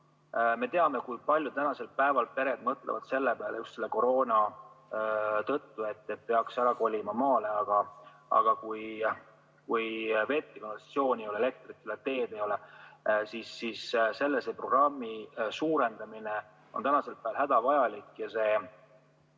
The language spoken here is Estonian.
Me teame, kui palju tänasel päeval pered mõtlevad selle peale, et just koroona tõttu peaks ära kolima maale, aga kui vett ja kanalisatsiooni ei ole, elektrit ja teed ei ole, siis on sellise programmi suurendamine tänasel päeval hädavajalik. See